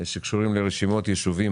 שקשורים לרשימות יישובים,